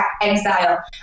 exile